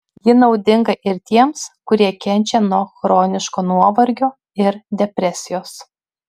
ji naudinga ir tiems kurie kenčia nuo chroniško nuovargio ir depresijos